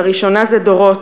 לראשונה זה דורות,